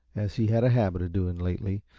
as he had a habit of doing lately,